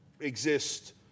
exist